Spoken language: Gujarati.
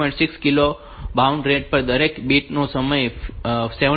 6 કિલો baud rate પર દરેક બીટ નો સમય 17